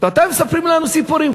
ואתם מספרים לנו סיפורים.